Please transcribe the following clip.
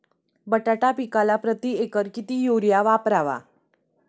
बटाटा पिकाला प्रती एकर किती युरिया वापरावा?